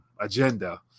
agenda